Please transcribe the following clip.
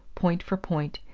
point for point,